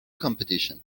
competition